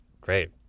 great